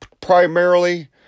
primarily